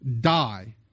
die